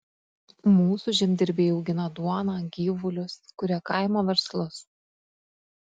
mūsų žemdirbiai augina duoną gyvulius kuria kaimo verslus